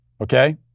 Okay